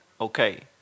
okay